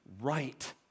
right